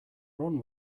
ron